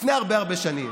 לפני הרבה הרבה שנים